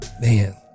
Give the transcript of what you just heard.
man